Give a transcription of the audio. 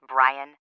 Brian